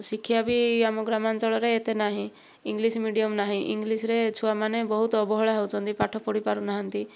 ଶିକ୍ଷା ବି ଆମ ଗ୍ରାମାଞ୍ଚଳରେ ଏତେ ନାହିଁ ଇଂଲିଶ ମିଡିୟମ୍ ନାହିଁ ଇଂଲିଶରେ ଛୁଆମାନେ ବହୁତ ଅବହେଳା ହେଉଛନ୍ତି ପାଠ ପଢ଼ିପାରୁନାହାନ୍ତି